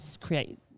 create